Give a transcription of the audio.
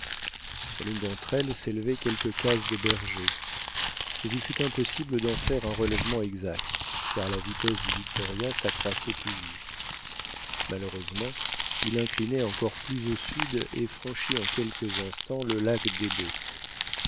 sur l'une d'entre elles s'élevaient quelques cases de bergers mais il fut impossible d'en faire un relèvement exact car la vitesse du victoria s'accroissait toujours malheureusement il inclinait encore plus au sud et franchit en quelques instants le lac debo